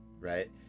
right